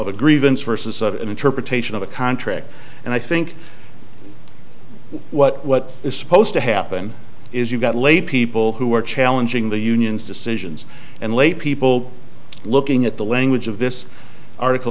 a grievance versus an interpretation of a contract and i think what what is supposed to happen is you got laid people who are challenging the unions decisions and lay people looking at the language of this article